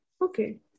Okay